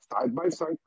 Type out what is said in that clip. side-by-side